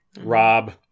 Rob